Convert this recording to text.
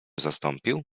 zastąpił